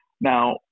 Now